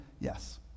yes